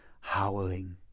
howling